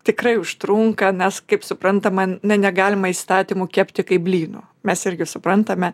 tikrai užtrunka nes kaip suprantama ne negalima įstatymų kepti kaip blynų mes irgi suprantame